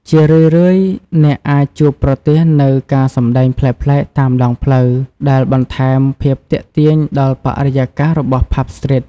ជារឿយៗ អ្នកអាចជួបប្រទះនូវ ការសម្ដែងប្លែកៗតាមដងផ្លូវ ដែលបន្ថែមភាពទាក់ទាញដល់បរិយាកាសរបស់ ផាប់ ស្ទ្រីត ។